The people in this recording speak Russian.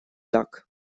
так